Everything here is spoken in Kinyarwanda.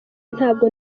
ntabwo